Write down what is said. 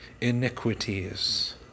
iniquities